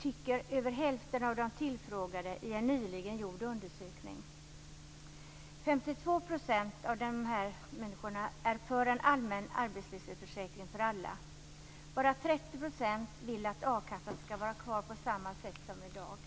tycker över hälften av de tillfrågade i en nyligen gjord undersökning. 52 % av dessa människor är för en allmän arbetslöshetsförsäkring för alla. Bara 30 % vill att a-kassan skall vara kvar på samma sätt som i dag.